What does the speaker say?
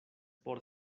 por